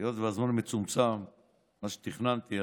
היות שהזמן מצומצם ממה שתכננתי,